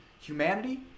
humanity